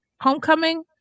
Homecoming